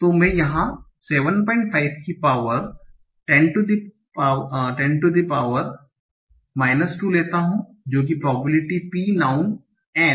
तो मैं यहा 75 की पावर 10 2 लेता हु जो कि प्रोबेबिलिटी P नाउँन N